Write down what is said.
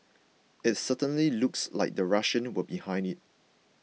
it certainly looks like the Russians were behind it